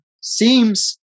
seems